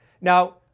Now